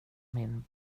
min